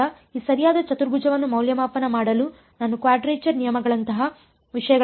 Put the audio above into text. ಆದ್ದರಿಂದ ಈ ಸರಿಯಾದ ಚತುರ್ಭುಜವನ್ನು ಮೌಲ್ಯಮಾಪನ ಮಾಡಲು ನಾನು ಕ್ವಾಡ್ರೇಚರ್ ನಿಯಮಗಳಂತಹ ವಿಷಯಗಳನ್ನು ಬಳಸುತ್ತೇನೆ